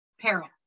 peril